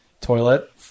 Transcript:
toilet